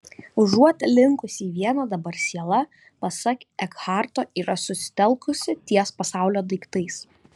užuot linkusi į vienį dabar siela pasak ekharto yra susitelkusi ties pasaulio daiktais